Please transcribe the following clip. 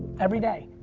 every day.